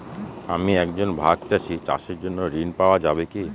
আমি একজন ভাগ চাষি চাষের জন্য ঋণ পাওয়া যাবে কি?